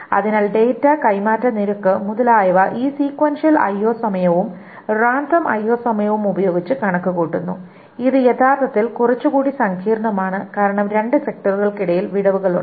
അതിനാൽ ഡാറ്റ കൈമാറ്റ നിരക്ക് മുതലായവ ഈ സീക്വൻഷ്യൽ IO Sequential IO സമയവും റാൻഡം IO Random IO സമയവും ഉപയോഗിച്ച് കണക്കുകൂട്ടുന്നു ഇത് യഥാർത്ഥത്തിൽ കുറച്ചുകൂടി സങ്കീർണ്ണമാണ് കാരണം രണ്ട് സെക്ടറുകൾക്കിടയിൽ വിടവുകൾ ഉണ്ട്